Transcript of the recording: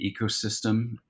ecosystem